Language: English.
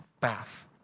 path